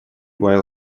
while